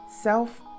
self